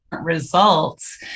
results